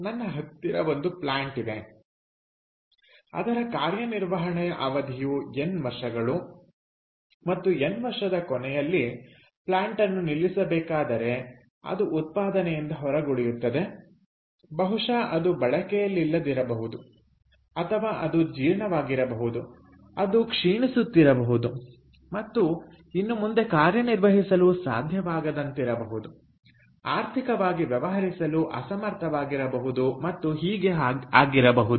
ನನ್ನ ಹತ್ತಿರ ಒಂದು ಪ್ಲಾಂಟ್ ಇದೆ ಅದರ ಕಾರ್ಯನಿರ್ವಹಣೆಯ ಅವಧಿಯು ಎನ್ ವರ್ಷಗಳು ಮತ್ತು ಎನ್ ವರ್ಷದ ಕೊನೆಯಲ್ಲಿ ಪ್ಲಾಂಟನ್ನು ನಿಲ್ಲಿಸಬೇಕಾದರೆ ಅದು ಉತ್ಪಾದನೆಯಿಂದ ಹೊರಗುಳಿಯುತ್ತದೆ ಬಹುಶಃ ಅದು ಬಳಕೆಯಲ್ಲಿಲ್ಲದಿರಬಹುದು ಅಥವಾ ಅದು ಜೀರ್ಣವಾಗಿರಬಹುದು ಅದು ಕ್ಷೀಣಿಸುತ್ತಿರಬಹುದು ಮತ್ತು ಇನ್ನು ಮುಂದೆ ಕಾರ್ಯನಿರ್ವಹಿಸಲು ಸಾಧ್ಯವಾಗದಂತಾಗಿರಬಹುದು ಆರ್ಥಿಕವಾಗಿ ವ್ಯವಹರಿಸಲು ಅಸಮರ್ಥವಾಗಿರಬಹುದು ಮತ್ತು ಹೀಗೆ ಆಗಿರಬಹುದು